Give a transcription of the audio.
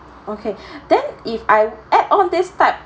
okay then if I add on this type